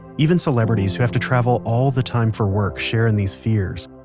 even celebrities who have to travel all the time for work share in these fears.